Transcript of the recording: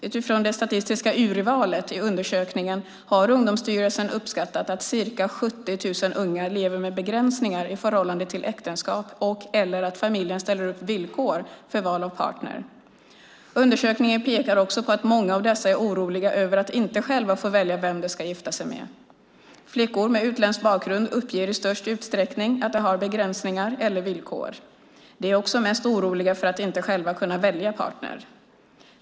Utifrån det statistiska urvalet i undersökningen har Ungdomsstyrelsen uppskattat att ca 70 000 unga lever med begränsningar i förhållande till äktenskap och/eller att familjen ställer upp villkor för val av partner. Undersökningen pekar också på att många av dessa är oroliga över att inte själva få välja vem de ska gifta sig med. Flickor med utländsk bakgrund uppger i störst utsträckning att de har begränsningar eller villkor. De är också mest oroliga för att inte själva kunna välja partner.